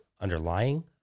underlying